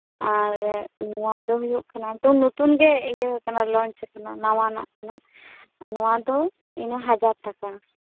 ᱟᱨ ᱱᱚᱣᱟ ᱫᱚ ᱦᱩᱭᱩᱜ ᱠᱟᱱᱟ ᱛᱚ ᱱᱩᱛᱩᱱ ᱜᱮ ᱤᱭᱟᱹ ᱞᱚᱱᱪ ᱠᱟᱱᱟ ᱱᱟᱣᱟ ᱱᱟᱜ ᱠᱟᱱᱟ ᱱᱚᱣᱟ ᱫᱚ ᱤᱱᱟᱹ ᱦᱟᱡᱟᱨ ᱴᱟᱠᱟ